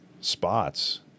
spots